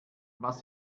was